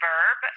Verb